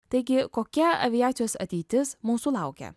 taigi kokia aviacijos ateitis mūsų laukia